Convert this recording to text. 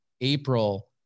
April